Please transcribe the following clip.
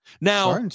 Now